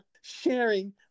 Sharing